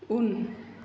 उन